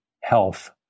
health